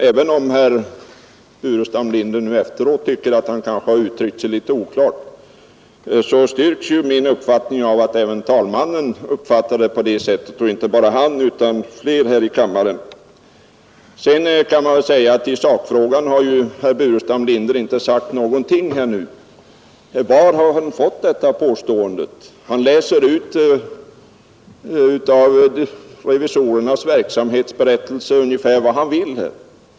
Även om herr Burenstam Linder nu efteråt tycker att han yttrat sig litet oklart, så styrks min uppfattning av att även talmannen uppfattade saken på det sättet, och det gjorde även flera här i kammaren. I sakfrågan har herr Burenstam Linder inte sagt något nytt. Var har han fått detta påstående om revisorerna? Han läser ut ur deras verksamhetsberättelse ungefär vad han vill.